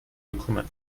bekommen